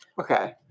Okay